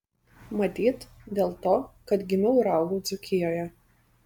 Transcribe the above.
matyt dėl to kad gimiau ir augau dzūkijoje